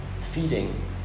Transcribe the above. feeding